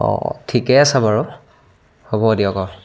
অঁ ঠিকেই আছে বাৰু হ'ব দিয়ক